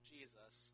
Jesus